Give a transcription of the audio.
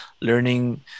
learning